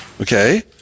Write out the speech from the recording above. Okay